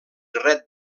ret